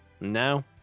Now